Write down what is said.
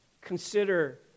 Consider